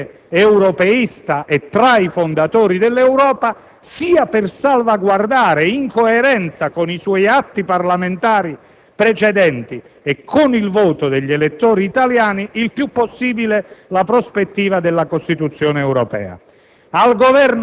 di Paese europeista e tra i fondatori dell'Europa Unita, sia per salvaguardare, in coerenza con i suoi atti parlamentari precedenti e con il voto degli elettori italiani, il più possibile la prospettiva della Costituzione europea.